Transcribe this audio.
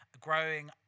growing